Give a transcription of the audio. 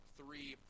three